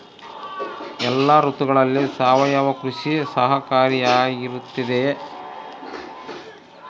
ಎಲ್ಲ ಋತುಗಳಲ್ಲಿ ಸಾವಯವ ಕೃಷಿ ಸಹಕಾರಿಯಾಗಿರುತ್ತದೆಯೇ?